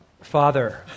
Father